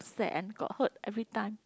~set and got hurt every time